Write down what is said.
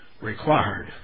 required